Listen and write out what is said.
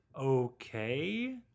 okay